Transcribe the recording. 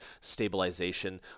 stabilization